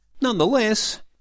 Nonetheless